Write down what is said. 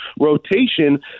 rotation